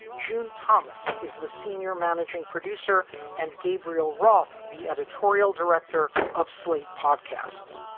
june thomas is the senior managing producer and gabriel roth, the editorial director of slate podcasts.